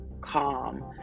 calm